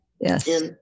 Yes